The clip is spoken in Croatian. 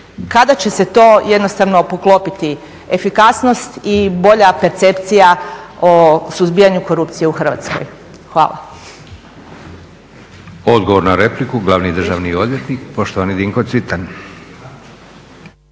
kada će se to jednostavno poklopiti, efikasnost i bolja percepcija o suzbijanju korupcije u Hrvatskoj? Hvala. **Leko, Josip (SDP)** Odgovor na repliku glavni državni odvjetnik poštovani Dinko Cvitan.